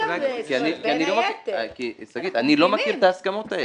אני לא מכיר את ההסכמות האלה.